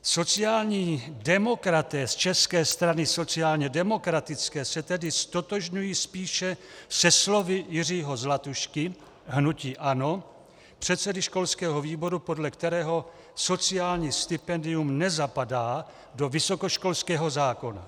Sociální demokraté z České strany sociálně demokratické se tedy ztotožňují spíše se slovy Jiřího Zlatušky, hnutí ANO, předsedy školského výboru, podle kterého sociální stipendium nezapadá do vysokoškolského zákona.